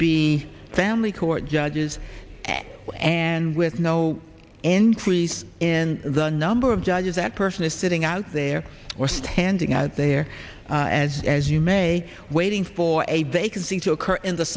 be family court judges and with no entries in the number of judges that person is sitting out there or standing out there as as you may waiting for a vacancy to occur in the